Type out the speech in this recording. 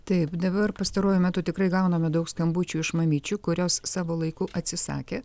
taip dabar pastaruoju metu tikrai gauname daug skambučių iš mamyčių kurios savo laiku atsisakė